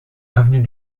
avenue